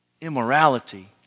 Immorality